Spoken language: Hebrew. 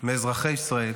מאזרחי ישראל